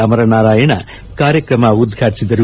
ಅಮರನಾರಾಯಣ ಕಾರ್ಯಕ್ರಮ ಉದ್ಘಾಟಿಸಿದರು